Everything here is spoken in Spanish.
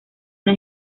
una